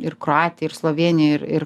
ir kroatija ir slovėnija ir ir